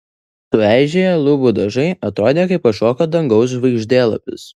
sueižėję lubų dažai atrodė kaip kažkokio dangaus žvaigždėlapis